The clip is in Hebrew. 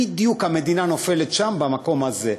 בדיוק המדינה נופלת שם, במקום הזה.